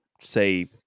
say